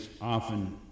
often